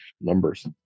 numbers